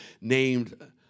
named